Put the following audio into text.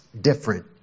different